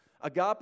Agape